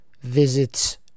visits